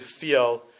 feel